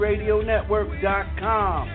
RadioNetwork.com